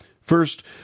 First